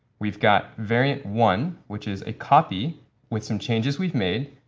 we've got variant one, which is a copy with some changes we've made,